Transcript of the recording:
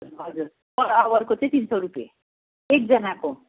हजुर पर आवरको चाहिँ तिन सय रुपियाँ एकजनाको